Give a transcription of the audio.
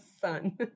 son